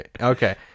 Okay